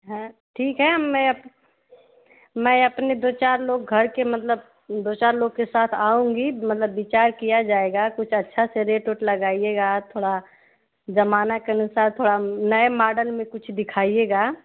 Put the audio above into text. हें ठीक है में अप में अपने दो चार लोग घर के मतलब दो चार लोग के साथ आऊँगी मतलब विचार किया जाएगा कुछ अच्छा से रेट उट लगाइएगा थोड़ा ज़माने के अनुसार थोड़ा नए मॉडल में कुछ दिखाइएगा